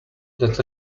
that